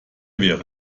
wäre